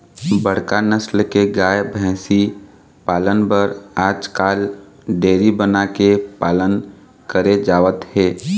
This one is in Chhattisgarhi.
बड़का नसल के गाय, भइसी पालन बर आजकाल डेयरी बना के पालन करे जावत हे